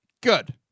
Good